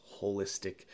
holistic